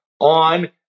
on